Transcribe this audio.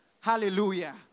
Hallelujah